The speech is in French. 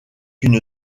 une